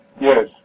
Yes